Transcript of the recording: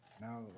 Now